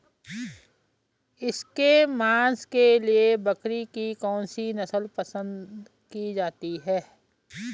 इसके मांस के लिए बकरी की कौन सी नस्ल पसंद की जाती है?